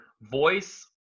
voice